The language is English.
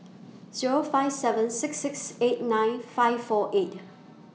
Zero five seven six six eight nine five four eight